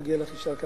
ומגיע לך יישר כוח.